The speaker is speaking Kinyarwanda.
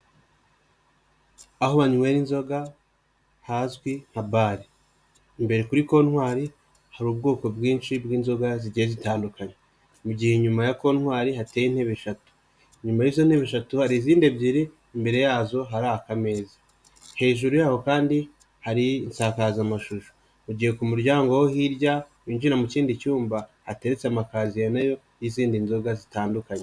Aho banywera inzoga hazwi nka bale, imbere kuri kontwari hari ubwoko bwinshi bw'inzoga zigiye zitandukanye, mu gihe inyuma ya kontwari hateye intebe eshatu, inyuma y'izo ntebe eshatu hari izindi ebyiri, imbere yazo hari akameza hejuru y'aho kandi hari isakazamashusho, mu gihe ku muryango wo hirya winjira mu kindi cyumba hateretse amakaziye nayo y'izindi nzoga zitandukanye.